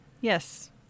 Yes